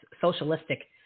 socialistic